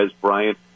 Bryant